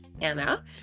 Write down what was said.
anna